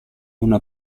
una